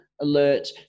alert